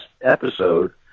episode